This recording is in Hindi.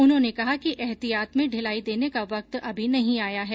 उन्होंने कहा कि एहतियात में ढिलाई देने का वक्त अभी नहीं आया है